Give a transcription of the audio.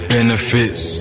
Benefits